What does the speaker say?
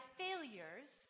failures